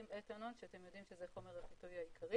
אתנול שאתם יודעים שזה חומר החיטוי העיקרי